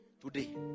today